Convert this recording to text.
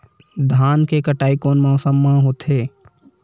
धान के कटाई कोन मौसम मा होथे?